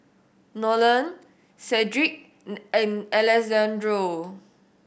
Nolen Cedrick and Alessandro